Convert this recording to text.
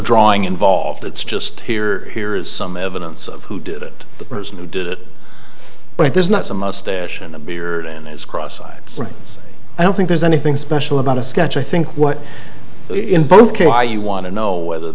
drawing involved it's just here here is some evidence of who did it the person who did it but there's not a mustache and a beard and there's cross eyed brains i don't think there's anything special about a sketch i think what in both cases are you want to know whether